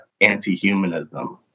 anti-humanism